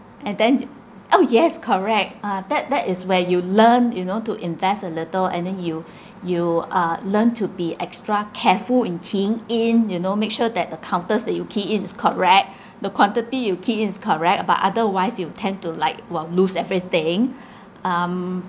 and then oh yes correct uh that that is where you learn you know to invest a little and then you you uh learn to be extra careful in keying in you know make sure that the counters that you key in is correct the quantity you key in is correct uh but otherwise you will tend to like !wah! lose everything um